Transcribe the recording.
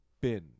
bin